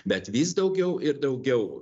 bet vis daugiau ir daugiau